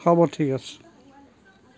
হ'ব ঠিক আছে